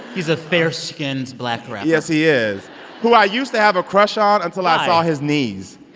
he's a fair-skinned black rapper yes, he is who i used to have a crush on until i saw his knees